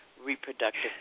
reproductive